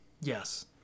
Yes